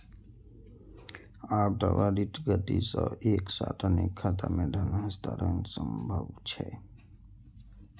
आब त्वरित गति सं एक साथ अनेक खाता मे धन हस्तांतरण संभव छै